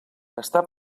estar